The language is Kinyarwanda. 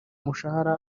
mushahara